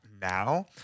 now